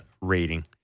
rating